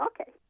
Okay